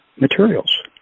materials